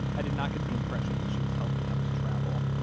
i did not get the impression that she was healthy enough to travel.